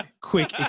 quick